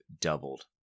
doubled